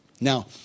Now